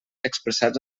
expressats